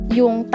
yung